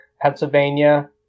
Pennsylvania